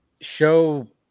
show